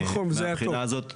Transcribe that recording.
נכון, זה היה טוב.